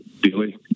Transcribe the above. daily